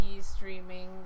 streaming